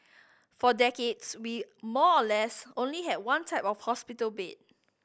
for decades we more or less only had one type of hospital bed